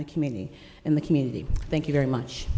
the community in the community thank you very much